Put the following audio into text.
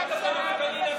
כי אנחנו לא צריכים להביא.